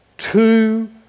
Two